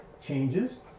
changes